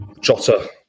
Jota